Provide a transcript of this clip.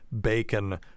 bacon